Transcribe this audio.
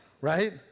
right